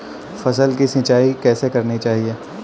फसल की सिंचाई कैसे करनी चाहिए?